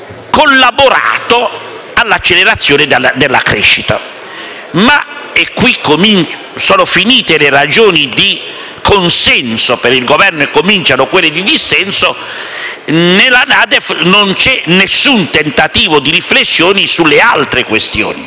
collaborato all'accelerazione della crescita. Qui però sono finite le ragioni di consenso per il Governo e cominciano quelle di dissenso. Nella NADEF non c'è alcun tentativo di riflessione sulle altre questioni,